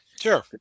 Sure